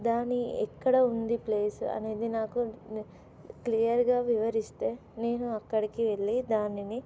దాని ఎక్కడ ఉంది ప్లేస్ అనేది నాకు క్లియర్గా వివరిస్తే నేను అక్కడికి వెళ్ళి దానిని